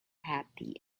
happy